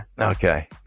Okay